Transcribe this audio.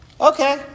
Okay